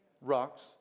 rocks